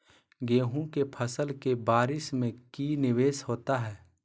गेंहू के फ़सल के बारिस में की निवेस होता है?